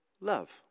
love